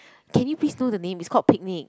can you please know the name it's called picnic